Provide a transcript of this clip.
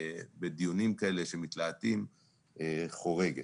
בדיונים כאלה שמתלהטים קצת חורגת.